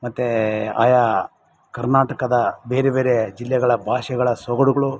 ಮತ್ತು ಆಯಾ ಕರ್ನಾಟಕದ ಬೇರೆ ಬೇರೆ ಜಿಲ್ಲೆಗಳ ಭಾಷೆಗಳ ಸೊಗಡುಗಳು